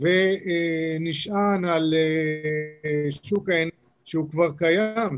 --- ונשען על שוק ה --- שהוא כבר קיים,